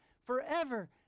Forever